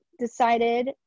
decided